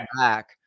back